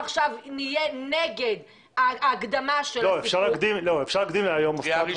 נהיה נגד הקדמת הסיפור --- נקדים בקריאה הראשונה.